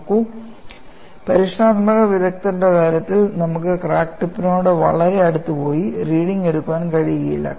നോക്കൂ പരീക്ഷണാത്മക വിദഗ്ധരുടെ കാര്യത്തിൽ നമുക്ക് ക്രാക്ക് ടിപ്പിനോട് വളരെ അടുത്ത് പോയി റീഡിങ് എടുക്കാൻ കഴിയില്ല